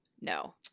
no